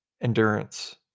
Endurance